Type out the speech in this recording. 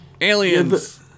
Aliens